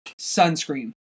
sunscreen